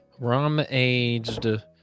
Rum-aged